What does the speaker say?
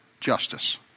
justice